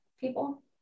people